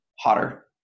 hotter